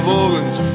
organs